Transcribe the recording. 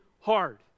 hard